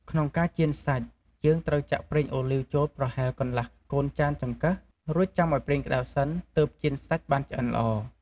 ក្នុងការចៀនសាច់ យើងត្រូវចាក់ប្រេងអូលីវចូលប្រហែលកន្លះកូនចានចង្កឹះ រួចចាំឱ្យប្រេងក្តៅសិនទើបចៀនសាច់បានឆ្អិនល្អ។